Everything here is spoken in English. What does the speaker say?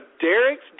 Derek's